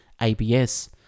ABS